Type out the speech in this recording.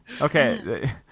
Okay